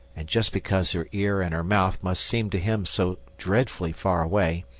and just because her ear and her mouth must seem to him so dreadfully far away,